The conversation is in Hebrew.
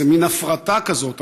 זו מין הפרטה כזאת.